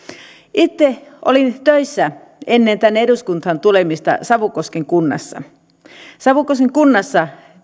itse olin töissä ennen tänne eduskuntaan tulemista savukosken kunnalla savukosken kunnassa